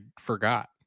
forgot